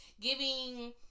giving